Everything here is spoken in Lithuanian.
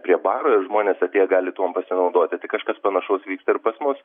prie baro ir žmonės atėję gali tuom pasinaudoti tai kažkas panašaus vyksta ir pas mus